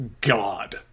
god